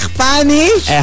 Spanish